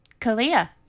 Kalia